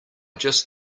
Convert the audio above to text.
just